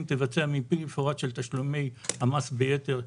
תבצע מיפוי מפורט של תשלומי המס ביתר ששולמו,